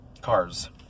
cars